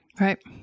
right